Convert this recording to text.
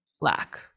lack